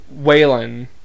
Waylon